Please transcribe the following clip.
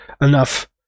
enough